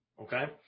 Okay